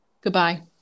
Goodbye